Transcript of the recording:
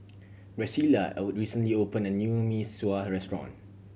Graciela O recently opened a new Mee Sua restaurant